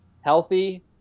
healthy